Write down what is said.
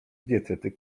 dietetyk